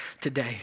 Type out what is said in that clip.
today